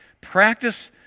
Practice